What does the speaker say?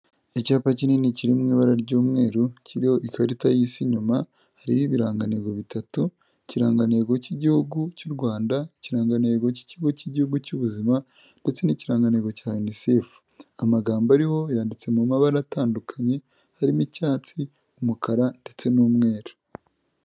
Icyapa kinini kiri mu ibara ry'umweru kiriho ikarita y'isi inyuma, hariho ibirangantego bitatu, ikirangantego cy'Igihugu cy'u Rwanda, ikirangantego cy'Ikigo cy'Igihugu cy'Ubuzima ndetse n'ikiranantego cya Unicef. Amagambo ariho yanditse mu mabara atandukanye harimo icyatsi, umukara ndetse n'umweru.